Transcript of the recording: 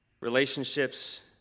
relationships